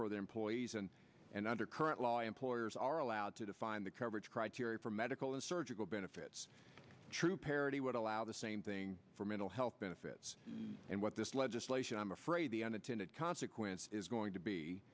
for their employees and and under current law employers are allowed to define the coverage criteria for medical and surgical benefits true parity would allow the same thing for mental health benefits and what this legislation i'm afraid the unintended consequence is going to be